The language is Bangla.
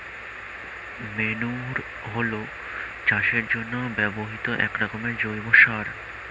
ম্যান্যুর হলো চাষের জন্য ব্যবহৃত একরকমের জৈব সার